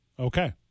Okay